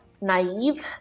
naive